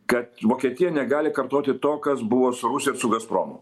kad vokietija negali kartoti to kas buvo su rusija ir su gazpromu